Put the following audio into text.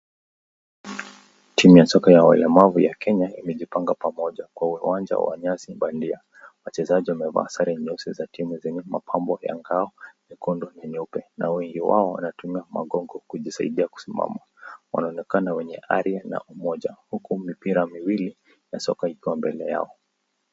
Timu ya soka ya walemavu ya Kenya imejipanga pamoja kwa uwanja wa nyasi bandia . Wachezaji wamevaa sare nyeusi za timu zenye mapambo ya ngao nyekundu na nyeupe na wengi wao wanatumia magongo kujisaidia kusimama wanaonekana wenye alia na umoja huku mipira miwili ya soka ikiwa mbele yao .